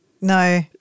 No